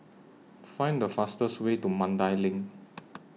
Find The fastest Way to Mandai LINK